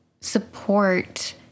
support